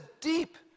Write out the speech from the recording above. deep